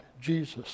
Jesus